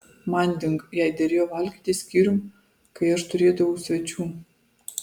manding jai derėjo valgyti skyrium kai aš turėdavau svečių